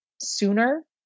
sooner